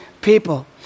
people